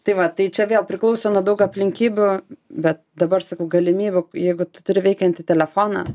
tai va tai čia vėl priklauso nuo daug aplinkybių bet dabar sakau galimybių jeigu tu turi veikiantį telefoną